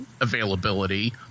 availability